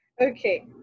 Okay